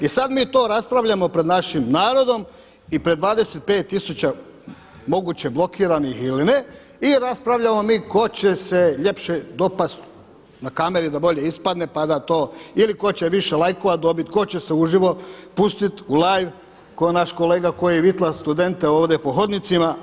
I sad mi to raspravljamo pred našim narodom i pred 25000 moguće blokiranih ili ne i raspravljamo mi tko će se ljepše dopast na kameri da bolje ispadne pa da to ili tko će više lajkova dobit, tko će se uživo pustit u live kao naš kolega koji vitla studente ovdje po hodnicima.